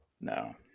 No